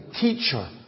teacher